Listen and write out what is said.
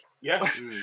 Yes